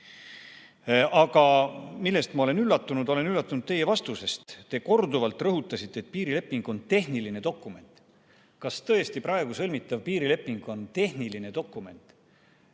millest ma olen üllatunud? Olen üllatunud teie vastusest. Te korduvalt rõhutasite, et piirileping on tehniline dokument. Kas tõesti on praegu sõlmitav piirileping tehniline dokument?